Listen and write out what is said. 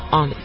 on